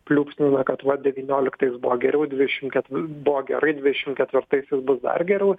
pliūpsnių na kad va devynioliktais buvo geriau dvidešim ketvi buvo gerai dvidešim ketvirtaisiais bus dar geriau